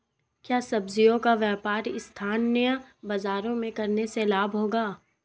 क्या सब्ज़ियों का व्यापार स्थानीय बाज़ारों में करने से लाभ होगा?